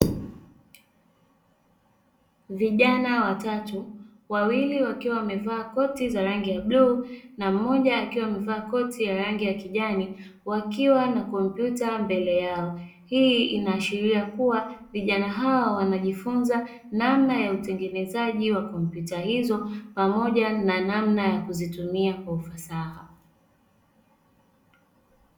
Vijana watatu, wawili wakiwa wamevaa koti za rangi ya blue, na mmoja akiwa amevaa koti ya rangi ya kijani, wakiwa na kompyuta mbele yao. Hii inaashiria kuwa vijana hawa wanajifunza namna ya utengenezaji wa kompyuta hizo, na namna ya kuzitumia kwa ufasaha.